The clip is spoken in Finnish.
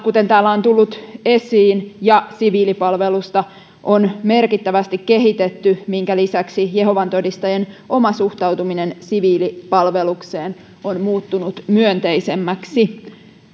kuten täällä on tullut esiin varusmiespalvelusta ja siviilipalvelusta on merkittävästi kehitetty minkä lisäksi jehovan todistajien oma suhtautuminen siviilipalvelukseen on muuttunut myönteisemmäksi